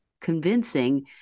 convincing